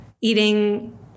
eating